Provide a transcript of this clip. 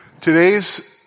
Today's